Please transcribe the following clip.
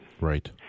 Right